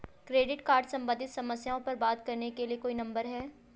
Credit card सम्बंधित समस्याओं पर बात करने के लिए कोई नंबर है?